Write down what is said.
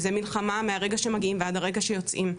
זה מלחמה מהרגע שמגיעים ועד הרגע שיוצאים,